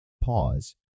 Pause